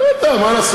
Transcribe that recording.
הוא לא ידע, מה לעשות?